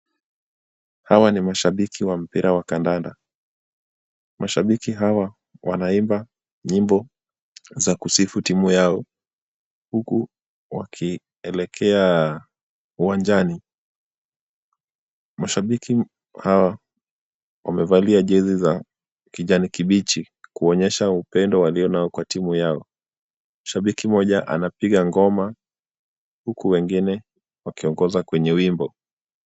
Hawa ni mashabiki wa mpira wa kandanda. Mashabiki hawa wanaimba nyimbo za kusifu timu yao huku wakielekea uwanjani. Mashabiki hawa wamevalia jezi za kijani kibichi kuonyesha upendo walionao kwa timu yao. Shabiki mmoja anapiga ngoma huku wengine wakiongoza kwenye wimbo.